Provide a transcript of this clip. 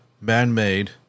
man-made